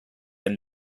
and